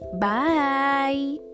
Bye